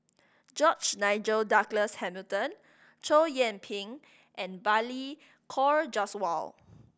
George Nigel Douglas Hamilton Chow Yian Ping and Balli Kaur Jaswal